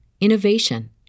innovation